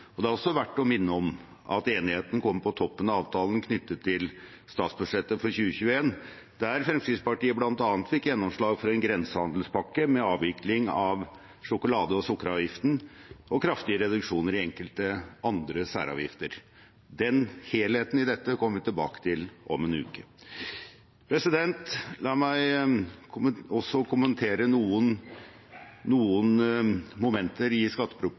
samferdsel. Det er også verdt å minne om at enigheten kommer på toppen av avtalen knyttet til statsbudsjettet for 2021, der Fremskrittspartiet bl.a. fikk gjennomslag for en grensehandelspakke med avvikling av sjokolade- og sukkeravgiften og kraftige reduksjoner i enkelte andre særavgifter. Helheten i dette kommer vi tilbake til om en uke. La meg også kommentere noen momenter i